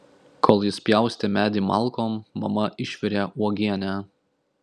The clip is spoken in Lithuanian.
kol jis pjaustė medį malkom mama išvirė uogienę